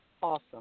Awesome